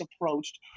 approached